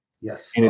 Yes